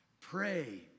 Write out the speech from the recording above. Pray